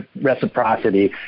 reciprocity